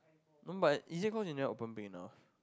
no but is it cause you never open big enough